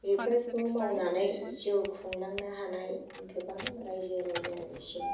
बेफोरखौ मावनानै जिउ खुंलांनो हानाय गोबां रायजो राजानिसिम